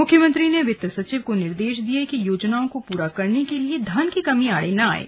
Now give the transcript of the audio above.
मुख्यमंत्री ने वित्त सचिव को निर्देश दिये कि योजनाओं को पूरा करने के लिए धन की कमी आड़े न आये